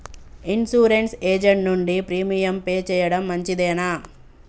Insurance agent నుండి premium pay చేయడం మంచిదేనా?